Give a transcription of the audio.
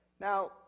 Now